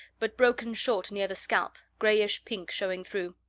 but broken short near the scalp, grayish pink showing through,